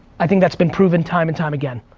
i think that's been proven, time and time again.